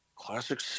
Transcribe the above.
Classic